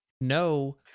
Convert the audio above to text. No